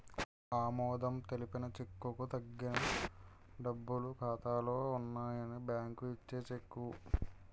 ఆమోదం తెలిపిన చెక్కుకు తగిన డబ్బులు ఖాతాలో ఉన్నాయని బ్యాంకు ఇచ్చే చెక్కు